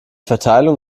verteilung